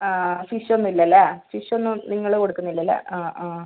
ആ ഫിഷ് ഒന്നും ഇല്ലല്ലേ ഫിഷ് ഒന്നും നിങ്ങൾ കൊടുക്കുന്നില്ല അല്ലേ ആ ആ